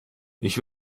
ich